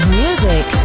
music